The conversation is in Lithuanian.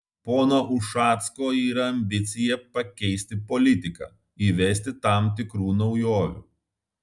pono ušacko yra ambicija pakeisti politiką įvesti tam tikrų naujovių